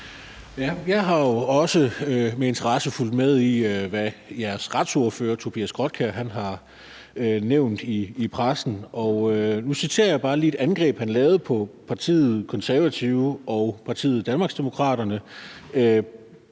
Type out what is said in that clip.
Jeg har jo også med interesse fulgt med i, hvad jeres retsordfører, Tobias Grotkjær Elmstrøm, har nævnt i pressen. Nu citerer jeg bare lige et angreb, han lavede på partiet Konservative og partiet Danmarksdemokraterne